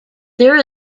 there